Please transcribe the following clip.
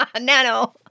nano